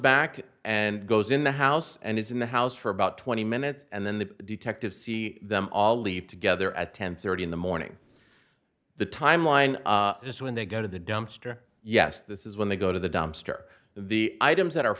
back and goes in the house and is in the house for about twenty minutes and then the detective see them all leave together at ten thirty in the morning the time line is when they go to the dumpster yes this is when they go to the dumpster the items that are